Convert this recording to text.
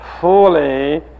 fully